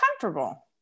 comfortable